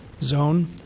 zone